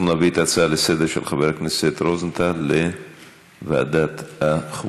אנחנו נביא את ההצעה לסדר-היום של חבר הכנסת רוזנטל לוועדת החוקה.